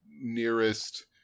nearest